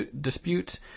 disputes